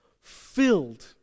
filled